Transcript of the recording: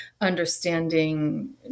understanding